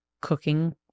cooking